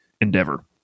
endeavor